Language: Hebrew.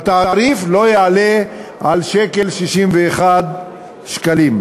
והתעריף לא יעלה על 1.61 ש"ח,